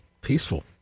peaceful